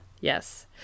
yes